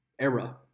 era